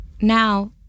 Now